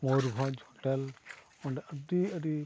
ᱢᱚᱭᱩᱨᱵᱷᱚᱸᱡᱽ ᱚᱸᱰᱮ ᱟᱹᱰᱤ ᱟᱹᱰᱤ